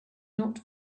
not